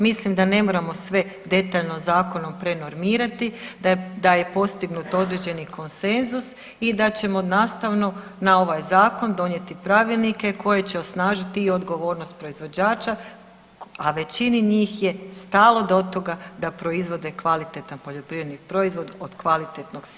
Mislim da ne moramo sve detaljno zakonom prenormirati, da je postignut određen konsenzus i da ćemo nastavno na ovaj zakon donijeti pravilnike koji će osnažiti i odgovornost proizvođača, a većini njih je stalo do toga da proizvode kvalitetan poljoprivredni proizvod od kvalitetnog sjemena.